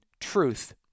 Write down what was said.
truth